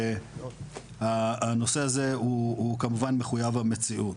והנושא הזה הוא כמובן מחויב המציאות.